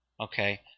Okay